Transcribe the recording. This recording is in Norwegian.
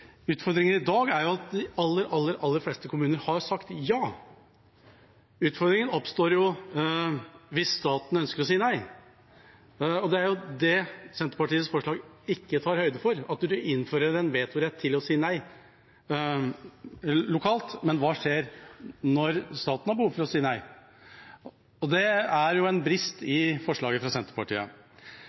Utfordringen i dag er jo at de aller, aller fleste kommuner har sagt ja. Utfordringen oppstår hvis staten ønsker å si nei. Det er jo det Senterpartiets forslag ikke tar høyde for. Man innfører en vetorett til å si nei lokalt, men hva skjer når staten har behov for å si nei? Det er jo en brist i forslaget fra Senterpartiet.